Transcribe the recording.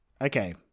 Okay